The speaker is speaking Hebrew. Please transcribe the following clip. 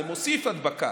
זה מוסיף הדבקה,